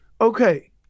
Okay